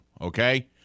okay